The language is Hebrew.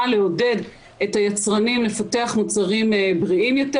לעודד את היצרנים לפתח מוצרים בריאים יותר,